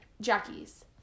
Jackie's